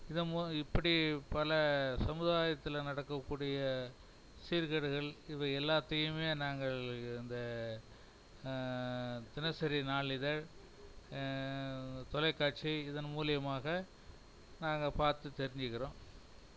இத இப்படி பல சமுதாயத்தில் நடக்கக்கூடிய சீர்கேடுகள் இவை எல்லாத்தையும் நாங்கள் அந்த தினசரி நாளிதழ் தொலைக்காட்சி இதன் மூலியமாக நாங்கள் பார்த்து தெரிஞ்சிக்கிறோம்